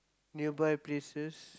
nearby places